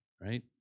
right